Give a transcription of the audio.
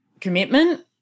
commitment